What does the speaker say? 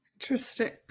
Interesting